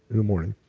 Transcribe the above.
in the morning.